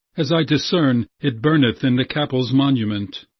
as i discern, it burneth in the capels' monument.